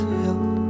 help